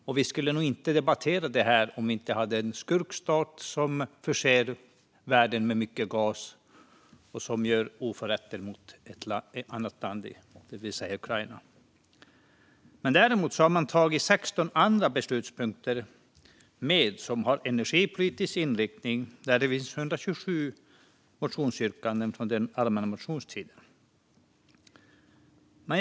Och vi skulle nog inte debattera detta om vi inte hade en skurkstat som förser världen med mycket gas och som gör oförrätter mot ett annat land, det vill säga Ukraina. Däremot finns det 16 andra beslutspunkter som har energipolitisk inriktning och där det finns 127 motionsyrkanden från den allmänna motionstiden.